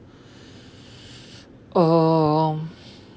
um